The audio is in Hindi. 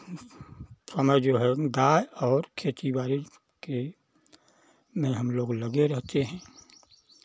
समय जो है गाय और खेती बारी के में हमलोग लगे रहते हैं